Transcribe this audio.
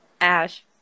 Ash